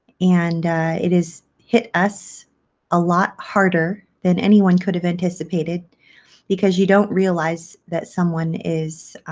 and it is hit us a lot harder than anyone could have anticipated because you don't realize that someone is